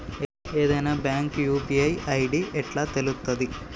ఏదైనా bank UPI ID ఎట్లా తెలుత్తది?